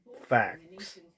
facts